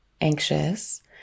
anxious